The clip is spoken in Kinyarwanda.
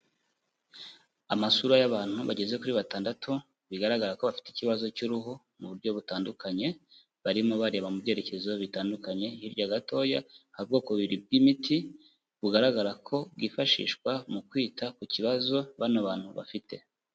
Amasura y'abantu bageze kuri batandatu, bigaragara ko bafite ikibazo cy'uruhu mu buryo butandukanye, barimo bareba mu byerekezo bitandukanye, hirya gatoya hari ubwoko bubiri bw'imiti, bugaragara ko bwifashishwa mu kwita ku kibazo bano bantu bafite.